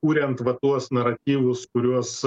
kuriant va tuos naratyvus kuriuos